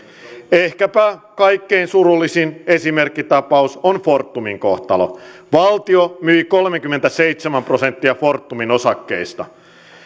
ehkäpä kaikkein surullisin esimerkkitapaus on fortumin kohtalo valtio myi kolmekymmentäseitsemän prosenttia fortumin osakkeista